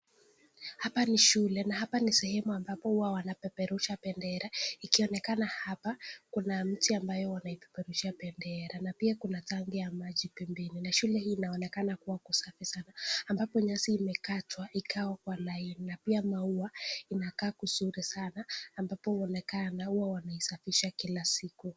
Hapa ni shule na hapa ni sehemu ambayo huwa wanapeperusha bendera ikionekana hapa kuna mti ambao wanapeperusha bendera na pia kuna tanki la maji pembeni na shuleni kunaonekana kuwa kusafi sana. Hapo nyasi imekatwa ikawa kwa laini. Pia maua inakaa vizuri sana ambapo huonekana huwa wanaisafisha kila siku.